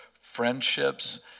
friendships